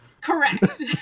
correct